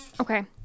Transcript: okay